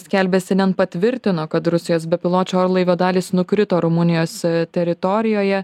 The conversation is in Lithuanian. skelbia cnn patvirtino kad rusijos bepiločio orlaivio dalys nukrito rumunijos teritorijoje